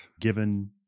given